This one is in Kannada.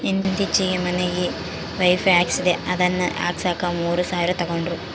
ಈತ್ತೀಚೆಗೆ ಮನಿಗೆ ವೈಫೈ ಹಾಕಿಸ್ದೆ ಅದನ್ನ ಹಾಕ್ಸಕ ಮೂರು ಸಾವಿರ ತಂಗಡ್ರು